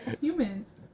humans